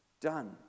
done